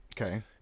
okay